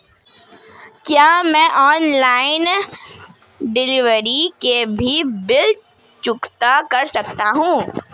क्या मैं online delivery के भी बिल चुकता कर सकता हूँ?